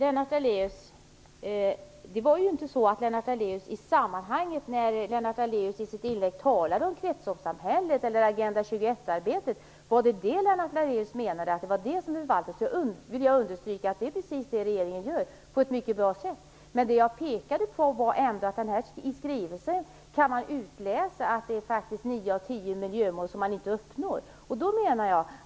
Fru talman! Lennart Daléus talade i sitt inlägg om kretsloppssamhället och Agenda 21-arbetet. Om det var det arbetet Lennart Daléus menade att regeringen förvaltar vill jag understryka att det precis är det man gör. Det sker på ett mycket bra sätt. Det jag pekade på var ändå att man i skrivelsen kan utläsa att vi faktiskt inte uppnår nio av tio miljömål.